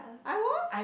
I was